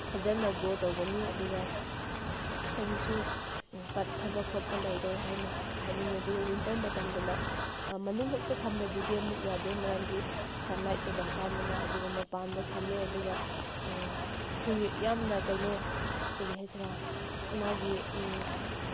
ꯐꯖꯅ ꯒ꯭ꯔꯣ ꯇꯧꯒꯅꯤ ꯑꯗꯨꯒ ꯀꯔꯤꯁꯨ ꯄꯠꯊꯕ ꯈꯣꯠꯄ ꯂꯩꯔꯣꯏ ꯍꯥꯏꯅ ꯍꯥꯏꯅꯤꯡꯉꯦ ꯑꯗꯨꯒ ꯋꯤꯟꯇꯔ ꯃꯇꯝꯗꯅ ꯃꯅꯨꯡꯈꯛꯇ ꯊꯝꯕꯗꯨꯗꯤ ꯑꯃꯨꯛ ꯌꯥꯗꯦ ꯃꯔꯝꯗꯤ ꯁꯟ ꯂꯥꯏꯠꯇꯣ ꯗꯔꯀꯥꯔꯅꯤꯅ ꯑꯗꯨꯒ ꯃꯄꯥꯟꯗ ꯊꯝꯃꯦ ꯑꯗꯨꯒ ꯌꯥꯝꯅ ꯀꯩꯅꯣ ꯀꯔꯤ ꯍꯥꯏꯁꯤꯔꯥ ꯃꯥꯒꯤ